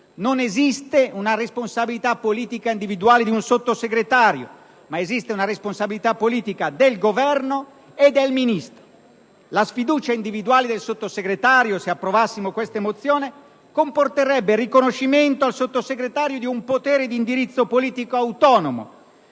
Non esiste una responsabilità politica individuale di un Sottosegretario, ma esiste una responsabilità politica del Governo e del Ministro. La sfiducia individuale del Sottosegretario, se approvassimo queste mozioni, comporterebbe il riconoscimento al Sottosegretario di un potere di indirizzo politico autonomo,